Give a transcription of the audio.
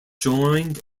joined